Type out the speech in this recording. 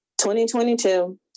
2022